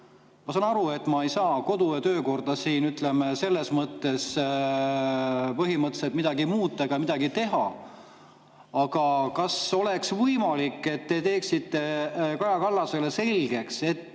Ma saan aru, et ma ei saa kodu- ja töökorras siin põhimõtteliselt midagi muuta ega midagi teha, aga kas oleks võimalik, et te teeksite Kaja Kallasele selgeks, et